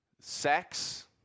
sex